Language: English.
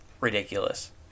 Ridiculous